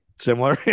similar